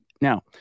Now